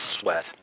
Sweat